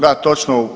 Da, točno.